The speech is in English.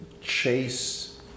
Chase